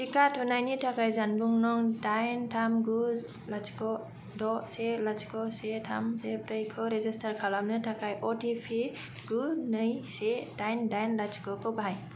टिका थुनायनि थाखाय जानबुं नं दाइन थाम गु लाथिख' द' से लाथिख' से थाम से ब्रैखौ रेजिस्टार खालामनो थाखाय अ टि पि गु नै से दाइन दाइन लाथिख' खौ बाहाय